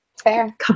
Fair